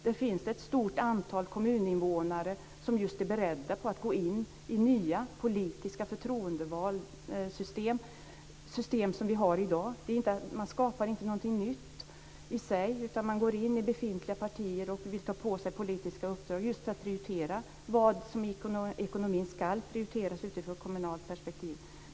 Det finns ett stort antal kommuninvånare som är beredda att gå in i nya politiska förtroendevalsystem. Det är system som vi har i dag. Man skapar inte något nytt i sig, utan man går in i befintliga partier och tar på sig politiska uppdrag just för att påverka vad i ekonomin som ska prioriteras utifrån ett kommunalt perspektiv.